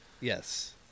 Yes